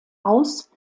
aus